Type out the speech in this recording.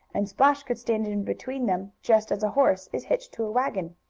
and splash could stand in between them, just as a horse is hitched to a wagon.